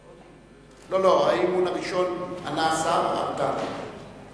לא, האי-אמון הראשון, ענה השר, אדוני